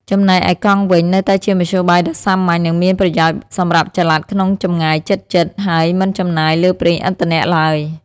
ចំណែកឯកង់វិញ នៅតែជាមធ្យោបាយដ៏សាមញ្ញ និងមានប្រយោជន៍សម្រាប់ចល័តក្នុងចម្ងាយជិតៗ ហើយមិនចំណាយលើប្រេងឥន្ធនៈឡើយ។